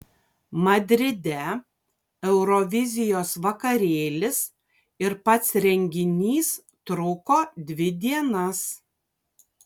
madride eurovizijos vakarėlis ir pats renginys truko dvi dienas